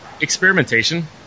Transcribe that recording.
Experimentation